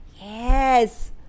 Yes